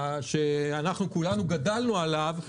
שכולנו גדלנו עליו,